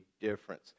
difference